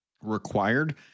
required